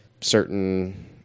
certain